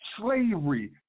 Slavery